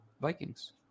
Vikings